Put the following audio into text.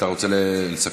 אתה רוצה לסכם?